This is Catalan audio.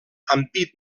ampit